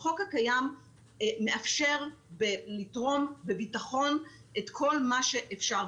החוק הקיים מאפשר לתרום בביטחון את כל מה שאפשר,